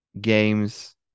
Games